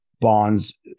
bonds